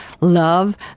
love